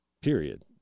period